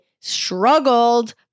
struggled